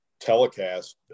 telecast